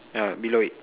ya below it